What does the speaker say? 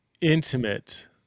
intimate